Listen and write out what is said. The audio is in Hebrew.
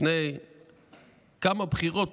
לפני כמה בחירות,